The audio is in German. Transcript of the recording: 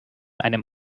einem